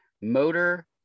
motor